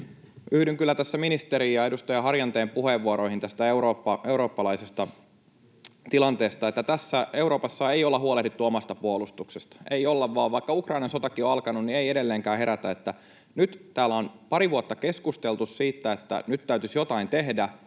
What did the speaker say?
kyllä ministerin ja edustaja Harjanteen puheenvuoroihin tästä eurooppalaisesta tilanteesta, että Euroopassa ei olla huolehdittu omasta puolustuksesta, ei olla. Vaikka Ukrainan sotakin on alkanut, niin ei edelleenkään herätä. Nyt täällä on pari vuotta keskusteltu siitä, että nyt täytyisi jotain tehdä,